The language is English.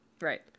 Right